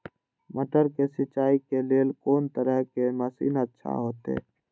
मटर के सिंचाई के लेल कोन तरह के मशीन अच्छा होते?